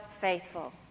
faithful